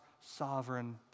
sovereign